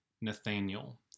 Nathaniel